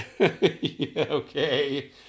Okay